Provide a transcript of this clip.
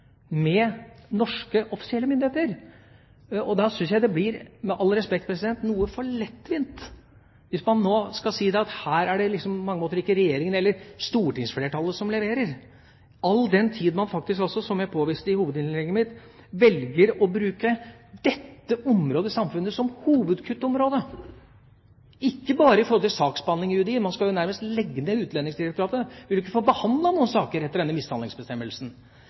ikke Regjeringa eller stortingsflertallet som leverer, all den tid man faktisk – som jeg påviste i hovedinnlegget mitt – velger å bruke dette området i samfunnet som hovedkuttområde. Det gjelder ikke bare saksbehandling i UDI. Man skal jo nærmest legge ned Utlendingsdirektoratet. En vil ikke få behandlet noen saker etter denne mishandlingsbestemmelsen.